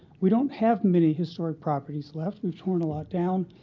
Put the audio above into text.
we don't have many historic properties left. we've torn a lot down.